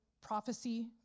prophecy